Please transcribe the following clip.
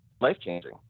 life-changing